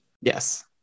Yes